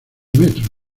metros